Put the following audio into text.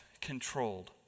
controlled